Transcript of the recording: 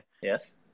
Yes